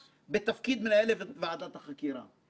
תוך עמידה בסטנדרטים בלתי מתפשרים,